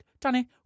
Danny